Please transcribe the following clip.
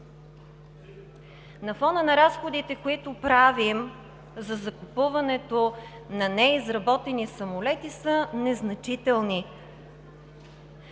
на фона на разходите, които правим, за закупуването на неизработени самолети са незначителни.